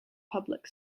public